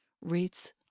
rates